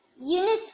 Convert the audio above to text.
unit